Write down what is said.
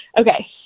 Okay